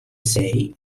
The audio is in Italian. sei